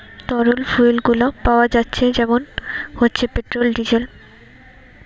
তরল ফুয়েল গুলো পাওয়া যাচ্ছে যেমন হচ্ছে পেট্রোল, ডিজেল